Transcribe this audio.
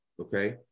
okay